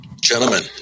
Gentlemen